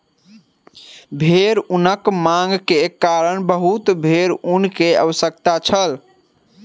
भेड़ ऊनक मांग के कारण बहुत भेड़क ऊन के आवश्यकता छल